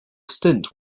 stint